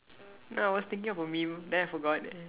no I was thinking of a then I forgot yeah